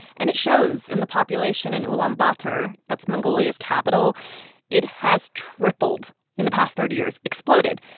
and it shows in the population in ulaanbaatar that's mongolia's capital it has tripled in the past thirty years exploded.